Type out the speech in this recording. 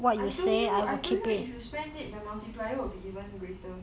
I told you I told you if you spend it the multiplier will be even greater